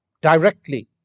directly